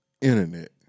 internet